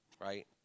Right